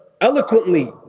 eloquently